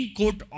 court